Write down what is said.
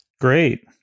Great